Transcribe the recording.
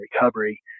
recovery